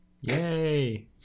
Yay